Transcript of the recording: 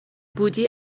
بودی